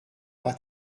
pas